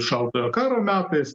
šaltojo karo metais